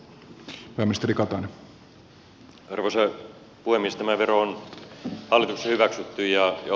tämä vero on hallituksessa hyväksytty ja otettu käyttöön